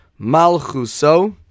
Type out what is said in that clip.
Malchuso